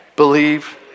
Believe